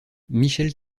michel